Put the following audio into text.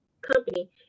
company